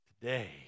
today